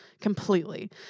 completely